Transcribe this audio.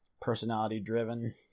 personality-driven